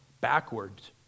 backwards